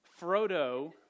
Frodo